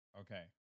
Okay